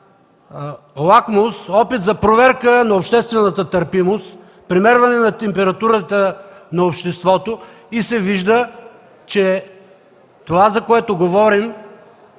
лакмус, опит за проверка на обществената търпимост, премерване на температурата на обществото и се вижда, че това, за което говорим,